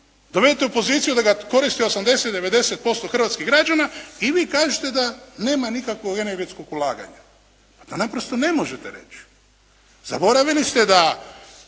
dovede u poziciju da ga koristi 80, 90% hrvatskih građana ili kažete da nema nikakvog energetskog ulaganja, a to naprosto ne možete reći. Zaboravili ste da